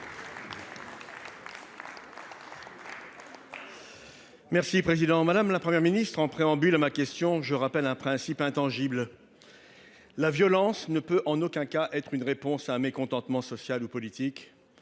Merci président, madame, la Première ministre en préambule à ma question je rappelle un principe intangible. La violence ne peut en aucun cas être une réponse à un mécontentement social ou politique.